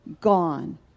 Gone